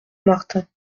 martin